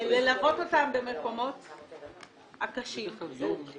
במערכת הזאת.